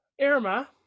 Irma